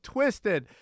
Twisted